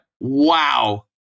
Wow